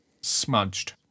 smudged